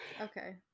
Okay